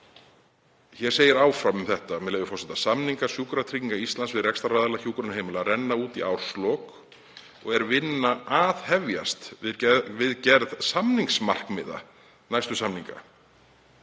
Hér segir áfram um þetta, með leyfi forseta: „Samningar Sjúkratrygginga Íslands við rekstraraðila hjúkrunarheimila renna út í árslok og er vinna að hefjast við gerð samningsmarkmiða næstu samninga.“